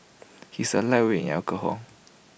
he is A lightweight in alcohol